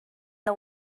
the